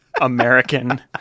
American